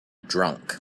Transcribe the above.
drunk